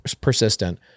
persistent